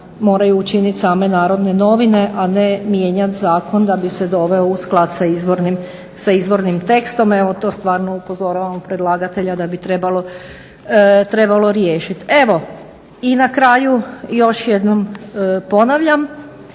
moraju učiniti same "Narodne novine", a ne mijenjati zakon da bi se doveo u sklad sa izvornim tekstom. Evo to stvarno upozoravamo predlagatelja da bi trebalo riješiti. Evo i na kraju još jednom ponavljam,